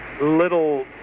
little